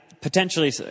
potentially